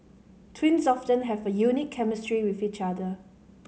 twins often have a unique chemistry with each other